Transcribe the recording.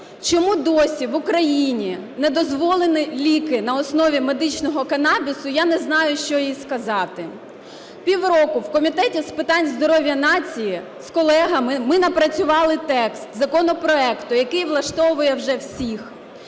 чому досі в Україні не дозволені ліки на основі медичного канабісу?" – я не знаю, що їй сказати. Півроку в Комітеті з питань здоров'я нації з колегами ми напрацювали текст законопроекту, який влаштовує вже всіх,